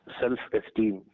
self-esteem